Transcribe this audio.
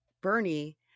Bernie